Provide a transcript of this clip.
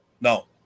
No